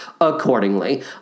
accordingly